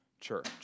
church